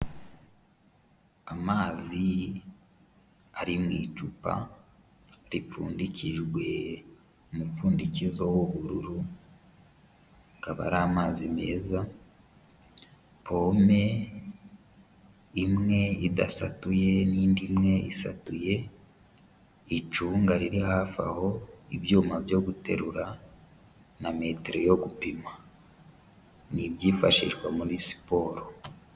Amazi ari mu icupa ripfundikijwe umupfundikizo w'ubururu, akaba ari amazi meza pome imwe idasatuye n'indi imwe isatuye, icunga riri hafi aho, ibyuma byo guterura na metero yo gupima, ni ibyifashishwa muri siporo.